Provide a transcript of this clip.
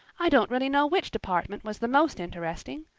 i don't really know which department was the most interesting.